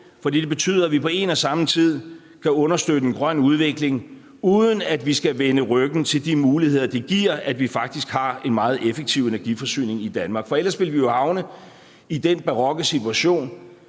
for det betyder, at vi kan understøtte en grøn udvikling, uden at vi skal vende ryggen til de muligheder, det giver, at vi faktisk har en meget effektiv energiforsyning i Danmark. For ellers ville vi jo havne i den barokke situation,